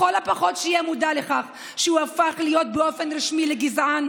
לכל הפחות שיהיה מודע לכך שהוא הפך להיות באופן רשמי לגזען,